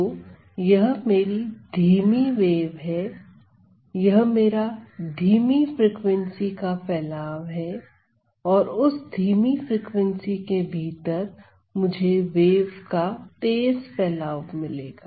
तो यह मेरी धीमी वेव है यह मेरा धीमी फ्रीक्वेंसी का फैलाव है और उस धीमी फ्रीक्वेंसी के भीतर मुझे वेव का तेज फैलाव मिलेगा